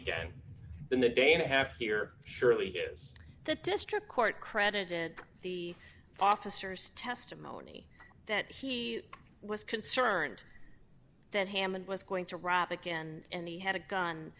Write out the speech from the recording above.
again in the day and a half here surely is the district court credited the officers testimony that he was concerned that hammond was going to rob again and he had a gun